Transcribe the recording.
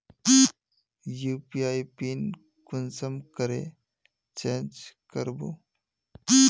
UPI pin कुंसम करे change करबो?